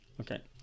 Okay